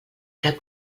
cap